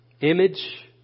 Image